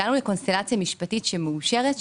הגענו לקונסטלציה משפטית מאושרת,